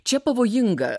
čia pavojinga